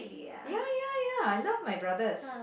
ya ya ya I love my brothers